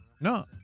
No